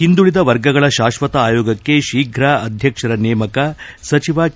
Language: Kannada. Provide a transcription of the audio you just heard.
ಹಿಂದುಳಿದ ವರ್ಗಗಳ ಶಾಶ್ವತ ಆಯೋಗಕ್ಕೆ ಶೀಘ್ರ ಅಧ್ವಕ್ಷರ ನೇಮಕ ಸಚಿವ ಕೆ